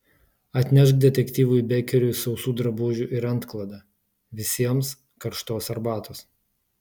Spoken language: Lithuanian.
atnešk detektyvui bekeriui sausų drabužių ir antklodę visiems karštos arbatos